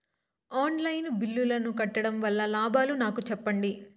On line బిల్లుల ను కట్టడం వల్ల లాభాలు నాకు సెప్పండి?